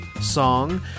song